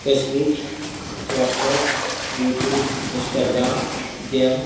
Facebook WhatsApp YouTube Instagram game